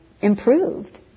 improved